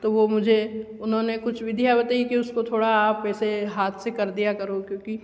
तो मुझे उन्होंने कुछ विधियाँ बताई की उस पर थोड़ा आप ऐसे हाथ से कर दिया करो क्योंकि